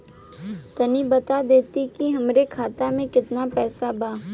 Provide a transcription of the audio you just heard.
तनि बता देती की हमरे खाता में कितना पैसा बा?